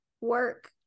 work